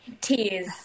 Tears